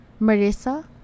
Marissa